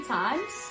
times